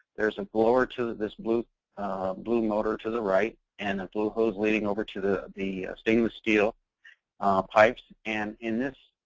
there's a blower to this blue blue motor to the right, and the blue hose leading over to the the stainless steel pipes. and in this